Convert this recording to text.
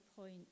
point